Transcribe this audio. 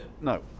No